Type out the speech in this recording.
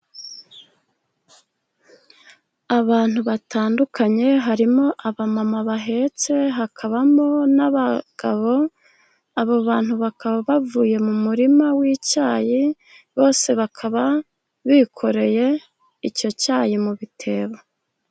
Abantu batandukanye harimo abamama bahetse, hakabamo n'abagabo. Abo bantu bakaba bavuye mu murima w'icyayi, bose bakaba bikoreye icyo cyayi mu bitebo.